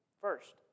first